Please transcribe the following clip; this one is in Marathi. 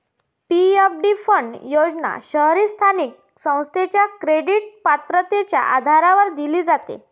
पी.एफ.डी फंड योजना शहरी स्थानिक संस्थेच्या क्रेडिट पात्रतेच्या आधारावर दिली जाते